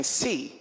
see